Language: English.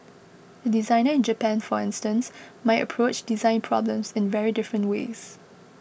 a designer in Japan for instance might approach design problems in very different ways